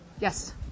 Yes